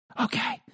Okay